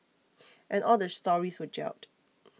and all the stories were gelled